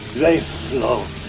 they float!